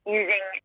using